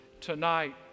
tonight